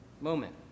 moment